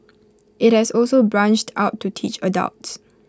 IT has also branched out to teach adults